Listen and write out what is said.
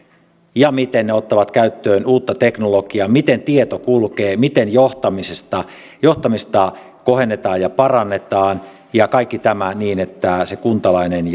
ja miten ne ottavat käyttöön uutta teknologiaa miten tieto kulkee miten johtamista kohennetaan ja parannetaan ja kaikki tämä niin että kuntalaisen